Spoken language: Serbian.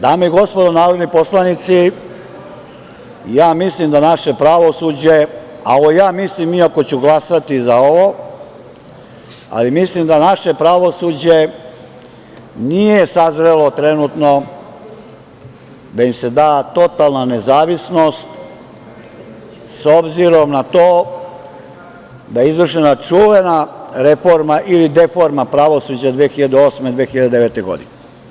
Dame i gospodo narodni poslanici, mislim da naše pravosuđe, a ovo ja mislim iako ću glasati za ovo, ali mislim da naše pravosuđe nije sazrelo trenutno da im se da totalna nezavisnost s obzirom na to da je izvršena čuvena reforma ili deforma pravosuđa 2008. i 2009. godine.